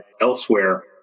elsewhere